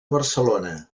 barcelona